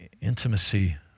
Intimacy